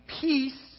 peace